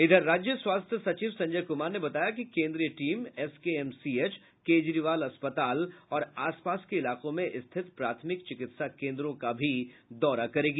इधर राज्य स्वास्थ्य सचिव संजय कुमार ने बताया कि केन्द्रीय टीम एसकेएमसीएच केजरीवाल अस्पताल और आस पास के इलाकों में स्थित प्राथमिक चिकित्सा केन्द्रों का भी दौरा करेगी